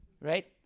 right